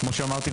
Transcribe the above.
כמו שאמרתי,